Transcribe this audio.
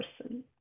person